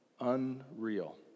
Unreal